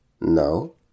no